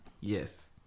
yes